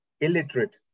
illiterate